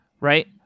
right